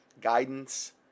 guidance